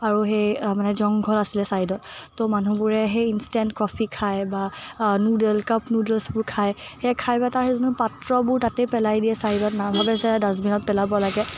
আৰু সেই অ মানে জংঘল আছিলে ছাইদত ত' মানুহবোৰে সেই ইনষ্টেণ্ট কফি খায় বা নুদল কাপ নুদলছবোৰ খায় সেই খাই পেলাই পাত্ৰবোৰ তাতেই পেলাই দিয়ে ছাইদত নাভাবে যে ডাষ্টবিনত পেলাব লাগে